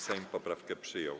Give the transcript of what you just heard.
Sejm poprawkę przyjął.